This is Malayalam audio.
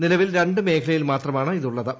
നിലവിൽ രണ്ട് മേഖ്യിൽ മാത്രമാണിതുള്ളത്